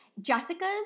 Jessica's